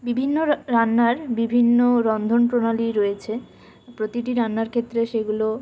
বিভিন্ন র রান্নার বিভিন্ন রন্ধন প্রণালী রয়েছে প্রতিটি রান্নার ক্ষেত্রে সেগুলো